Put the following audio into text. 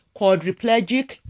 quadriplegic